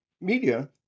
media